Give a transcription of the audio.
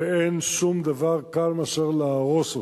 ואין שום דבר קל מאשר להרוס אותו.